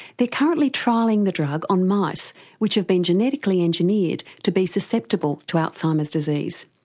they're currently trialling the drug on mice which have been genetically engineered to be susceptible to alzheimer's disease.